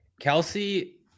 Kelsey